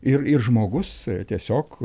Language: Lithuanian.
ir ir žmogus tiesiog